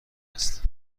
است